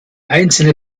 einzelne